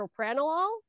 propranolol